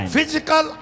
Physical